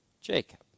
Jacob